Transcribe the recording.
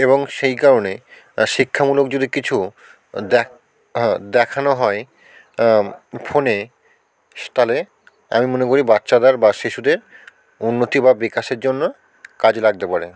এবং সেই কারণে শিক্ষামূলক যদি কিছু দেখানো হয় ফোনে স তাহলে আমি মনে করি বাচ্চাদের বা শিশুদের উন্নতি বা বিকাশের জন্য কাজে লাগতে পারে